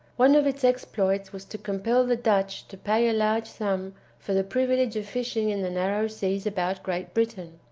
one of its exploits was to compel the dutch to pay a large sum for the privilege of fishing in the narrow seas about great britain.